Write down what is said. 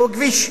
שהוא כביש,